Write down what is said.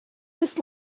this